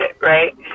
right